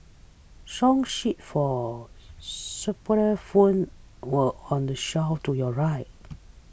song sheets for xylophones were on the shelf to your right